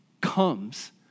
comes